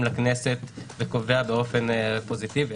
לכנסת ושהכנסת קובעת באופן פוזיטיבי,